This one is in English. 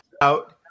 out